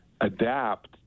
adapt